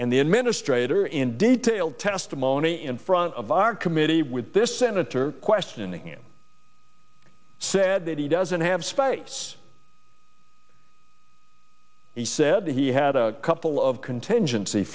and the administrator in detailed testimony in front of our committee with this senator questioning him said that he doesn't have space he said that he had a couple of contingency